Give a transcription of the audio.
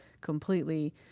completely